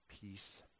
peace